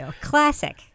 Classic